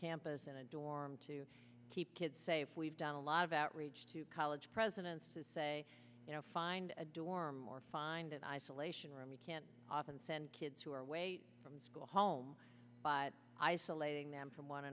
campus in a dorm to keep kids safe we've done a lot of outreach to college presidents to say you know find a dorm or find an isolation room we can often send kids who are away from school home by isolating them from one